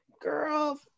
Girl